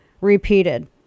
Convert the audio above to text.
repeated